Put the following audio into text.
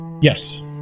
Yes